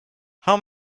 how